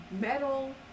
metal